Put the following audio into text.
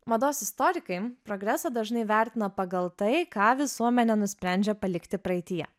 mados istorikai progresą dažnai vertina pagal tai ką visuomenė nusprendžia palikti praeityje